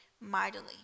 mightily